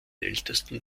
ältesten